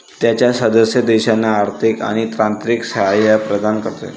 त्याच्या सदस्य देशांना आर्थिक आणि तांत्रिक सहाय्य प्रदान करते